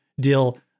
deal